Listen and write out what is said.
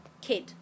kid